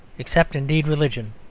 except indeed religion,